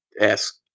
ask